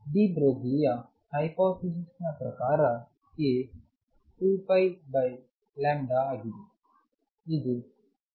D ಬ್ರೊಗ್ಲಿಯ hypothesis ನ ಪ್ರಕಾರ k 2πಆಗಿದೆ ಅದು t 2πhpಆಗಿದೆ